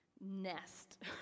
nest